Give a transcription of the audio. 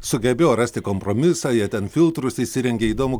sugebėjo rasti kompromisą jie ten filtrus įsirengė įdomu